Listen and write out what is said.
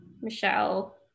Michelle